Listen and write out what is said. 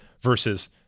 versus